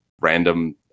random